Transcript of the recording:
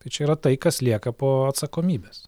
tai čia yra tai kas lieka po atsakomybės